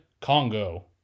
Congo